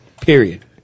Period